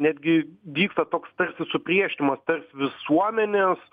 netgi vyksta toks tarsi supriešinimas tarp visuomenės